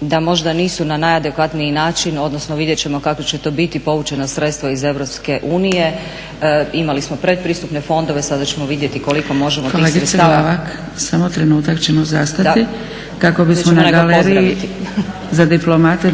da možda nisu na najadekvatniji način, odnosno vidjet ćemo kako će to biti, povučena sredstva iz EU, imali smo pretpristupne fondove sada ćemo vidjeti koliko možemo tih sredstava … /Upadica Zgrebec: Kolegice Glavak samo trenutak ćemo zastati kako bismo na galeriji za diplomate